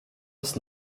als